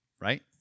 right